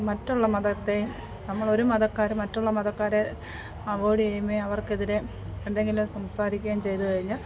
മറ്റുള്ള മതത്തെ നമ്മളൊരു മതക്കാർ മറ്റുള്ള മതക്കാരെ അവോയിഡ് ചെയ്യുമേ അവർക്കെതിരെ എന്തെങ്കിലും സംസാരിക്കേം ചെയ്ത് കഴിഞ്ഞാൽ